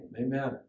Amen